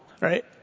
right